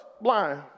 blind